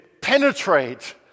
penetrate